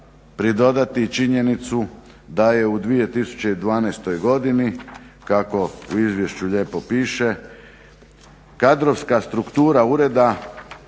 pridodati i činjenicu da je u 2012. godini kako u izvješću lijepo piše, kadrovska struktura ureda